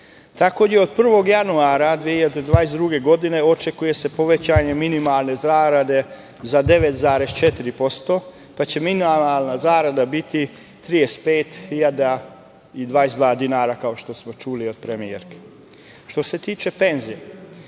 Takođe, od 1. januara 2022. godine očekuje se povećanje minimalne zarade za 9,4%, pa će minimalna zarada biti 35.022 dinara, ka što smo čuli od premijerke. Što se tiče penzija,